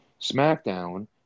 SmackDown